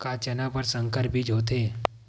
का चना बर संकर बीज होथे?